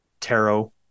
tarot